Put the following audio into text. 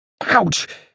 Ouch